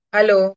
Hello